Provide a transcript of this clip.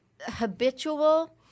habitual